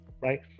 right